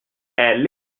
elle